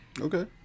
Okay